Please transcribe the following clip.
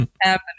happening